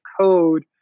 code